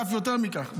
ואף יותר מכך,